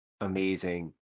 amazing